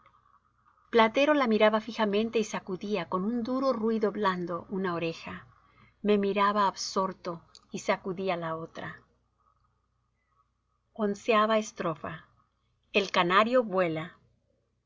platero la miraba fijamente y sacudía con un duro ruido blando una oreja me miraba absorto y sacudía la otra xi el canario vuela